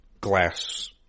glass